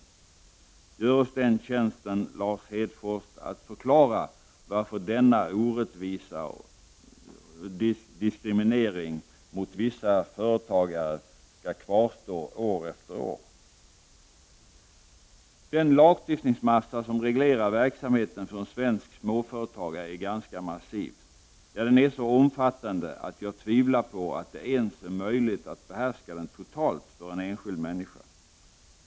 Gör oss den tjänsten, Lars Hedfors, att förklara varför denna orättvisa och diskriminering mot vissa företagare skall kvarstå år efter år. Den lagstiftningsmassa som reglerar verksamheten för en svensk småföretagare är ganska massiv. Ja, den är så omfattande att jag tvivlar på att det för en enskild människa ens är möjligt att behärska den totalt.